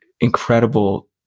incredible